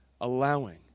allowing